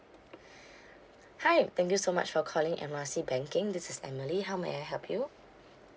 hi thank you so much for calling M R C banking this is emily how may I help you